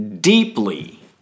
deeply